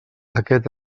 aquest